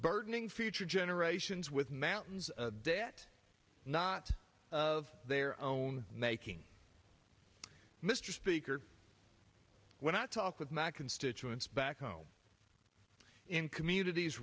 burdening future generations with mountains of debt not of their own making mr speaker when i talk with my constituents back home in communities